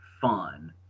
fun